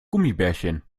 gummibärchen